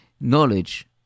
knowledge